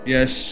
Yes